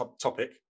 topic